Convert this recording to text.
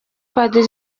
padiri